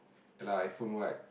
okay lah iPhone what